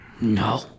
No